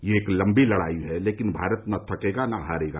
यह एक लंबी लड़ाई है लेकिन भारत न थकेगा न हारेगा